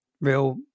real